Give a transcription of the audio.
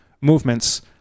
movements